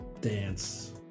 dance